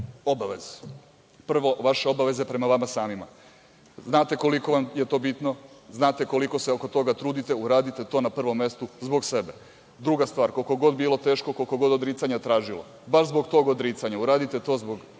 prvo vaše obaveze prema vama samima. Znate koliko vam je to bitno, znate koliko se oko toga trudite, uredite to na prvom mestu zbog sebe. Druga stvar, koliko god bilo teško, koliko god odricanja tražilo, baš zbog tog odricanja uradite to zbog